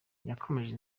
yakomeje